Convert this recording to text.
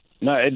No